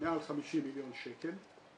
מעל 50 מיליון שקל,